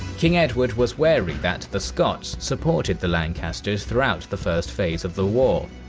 king edward was wary that the scots supported the lancasters throughout the first phase of the war,